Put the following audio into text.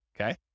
okay